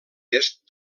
est